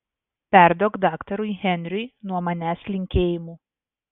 perduok daktarui henriui nuo manęs linkėjimų